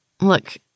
Look